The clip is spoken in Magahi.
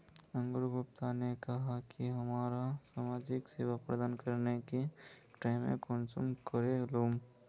अंकूर गुप्ता ने कहाँ की हमरा समाजिक सेवा प्रदान करने के कटाई में कुंसम करे लेमु?